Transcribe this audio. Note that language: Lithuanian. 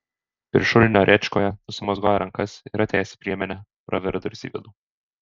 prie šulinio rėčkoje nusimazgoja rankas ir atėjęs į priemenę praveria duris į vidų